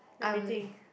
let me think